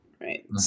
right